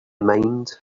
mind